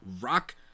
Rock